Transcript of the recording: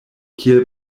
kiel